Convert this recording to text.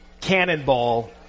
Cannonball